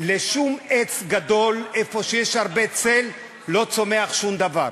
לעץ גדול, איפה שיש הרבה צל, לא צומח שום דבר.